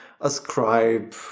ascribe